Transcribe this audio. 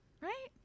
Right